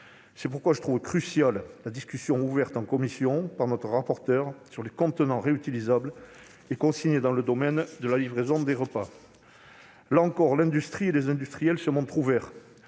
C'est pourquoi je considère comme cruciale la discussion ouverte en commission par notre rapporteure sur les contenants réutilisables et consignés dans le domaine de la livraison de repas. Là encore, les industriels se montrent ouverts,